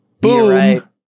boom